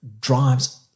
drives